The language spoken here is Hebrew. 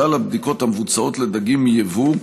כלל הבדיקות המבוצעות לדגים מיבוא,